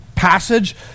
passage